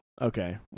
Okay